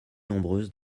nombreuses